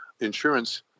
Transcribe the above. insurance